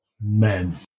Men